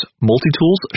multi-tools